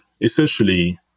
essentially